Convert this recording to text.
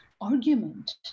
argument